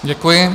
Děkuji.